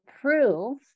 prove